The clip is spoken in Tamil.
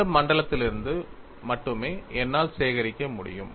இந்த மண்டலத்திலிருந்து மட்டுமே என்னால் சேகரிக்க முடியும்